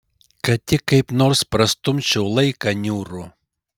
kad tik kaip nors prastumčiau laiką niūrų